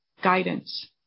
guidance